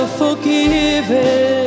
forgiven